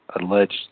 alleged